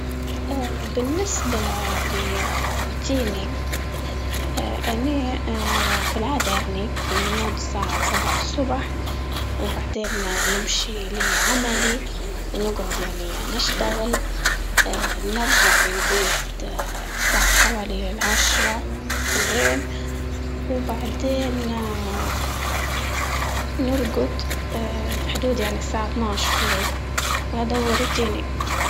اه بالنسبة روتيني اه أنا اه في العادة يعني كينوض الصبح وبعدين اه نمشي لعملي ونقعد، يعني نشتغل اه نرجع للبيت اه الساعة حوالي العاشرة في الليل، وبعدين اه نرقد اه في حدود يعني الساعة اطنعش بالليل و هادا هو روتيني.